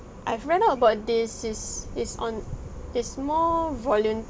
I've read up about this is is on it's more voluntary